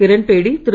Kiran Bedi Thiru